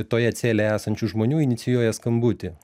toje celėje esančių žmonių inicijuoja skambutį